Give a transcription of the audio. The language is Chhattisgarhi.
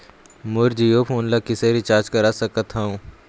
मोर जीओ फोन ला किसे रिचार्ज करा सकत हवं?